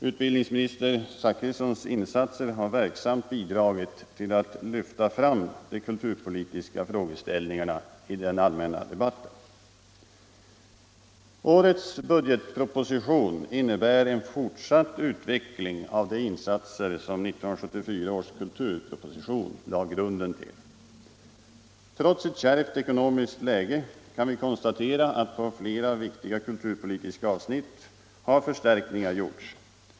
Utbildningsminister Zachrissons insatser har verksamt bidragit till att lyfta fram de kulturpolitiska frågeställningarna i den allmänna debatten. Årets budgetproposition innebär en fortsatt utveckling av de insatser som 1974 års kulturproposition lade grunden till. Trots ett kärvt ekonomiskt läge kan vi konstatera att på flera viktiga kulturpolitiska avsnitt har förstärkningar gjorts.